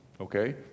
okay